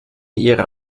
ihrer